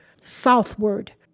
southward